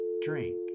drink